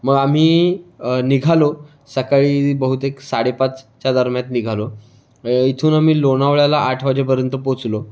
मग आम्ही निघालो सकाळी बहुतेक साडेपाचच्या दरम्यात निघालो इथून आम्ही लोणावळ्याला आठ वाजेपर्यंत पोचलो